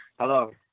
Hello